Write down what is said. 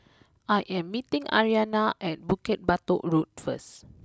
I am meeting Ariana at Bukit Batok Road first